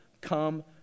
come